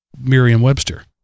Merriam-Webster